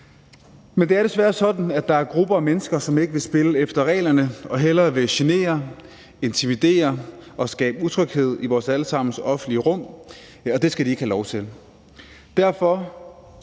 Men det er desværre sådan, at der er grupper af mennesker, som ikke vil spille efter reglerne og hellere vil genere, intimidere og skabe utryghed i vores alle sammens offentlige rum, og det skal de ikke have lov til.